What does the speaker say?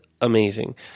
amazing